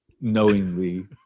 knowingly